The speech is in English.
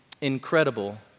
incredible